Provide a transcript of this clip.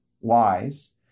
wise